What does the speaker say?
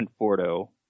Conforto